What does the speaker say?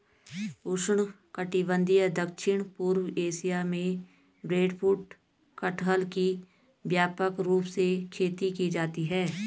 उष्णकटिबंधीय दक्षिण पूर्व एशिया में ब्रेडफ्रूट कटहल की व्यापक रूप से खेती की जाती है